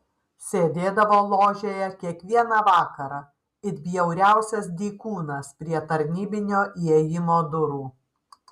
sėdėdavo ložėje kiekvieną vakarą it bjauriausias dykūnas prie tarnybinio įėjimo durų